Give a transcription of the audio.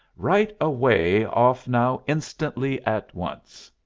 right away off now instantly at once!